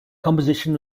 composition